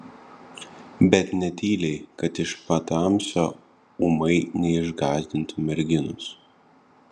bet ne tyliai kad iš patamsio ūmai neišgąsdintų merginos